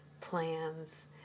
plans